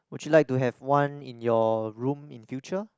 would you like to have one in your room in future